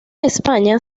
españa